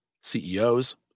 CEOs